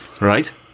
Right